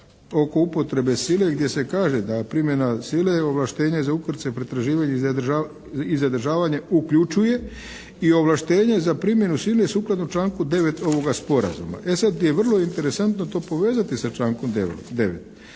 oko upotrebe sile gdje se kaže da primjena sile, ovlaštenje za ukrcaj, pretraživanje i zadržavanje uključuje i ovlaštenje za primjenu sile sukladno članku 9. ovoga sporazuma. E sad je vrlo interesantno to povezati sa člankom 9.